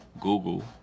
Google